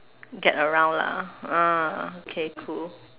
get around lah ah okay cool